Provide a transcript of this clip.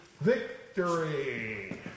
victory